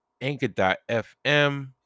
Anchor.fm